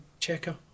checker